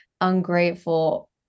ungrateful